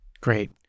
Great